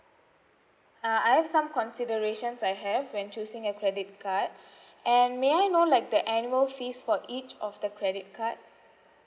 uh I have some considerations I have when choosing a credit card and may I know like the annual fees for each of the credit card